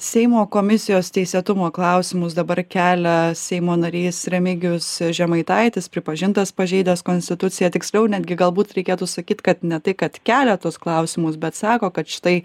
seimo komisijos teisėtumo klausimus dabar kelia seimo narys remigijus žemaitaitis pripažintas pažeidęs konstituciją tiksliau netgi galbūt reikėtų sakyt kad ne tai kad kelia tuos klausimus bet sako kad štai